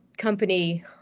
company